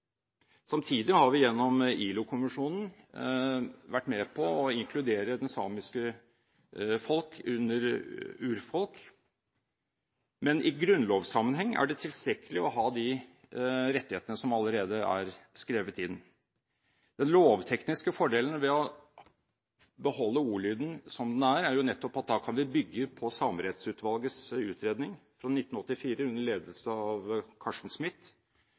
Samtidig har vi gjennom ILO-konvensjonen vært med på å inkludere det samiske folk under urfolk, men i grunnlovssammenheng er det tilstrekkelig å ha de rettighetene som allerede er skrevet inn. Den lovtekniske fordelen ved å beholde ordlyden som den er, er nettopp at vi da kan bygge på Samerettsutvalgets utredning fra 1984, under ledelse av Carsten Smith,